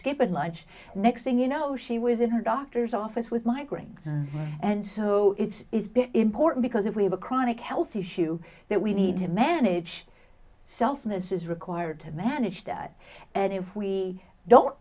skipping lunch next thing you know she was in her doctor's office with migraines and so it is important because if we have a chronic health issue that we need to manage selfness is required to manage that and if we don't